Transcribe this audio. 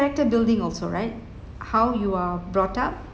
character building also right how you are brought up